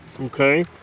Okay